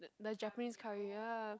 the Japanese Curry ya